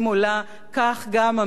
כך גם המינימום עולה